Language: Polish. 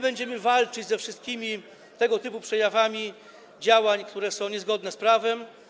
Będziemy walczyć ze wszystkimi tego typu przejawami działań, które są niezgodne z prawem.